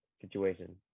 situation